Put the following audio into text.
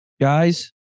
Guys